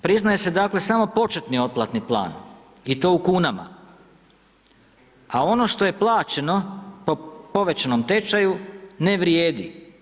Priznaje se, dakle, samo početni otplatni plan i to u kunama, a ono što je plaćeno po povećanom tečaju, ne vrijedi.